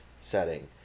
setting